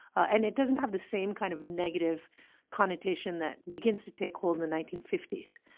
and it doesn't have the same kind of negative connotation that begins to take hold in the nineteen fifty s,